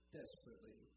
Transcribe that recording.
desperately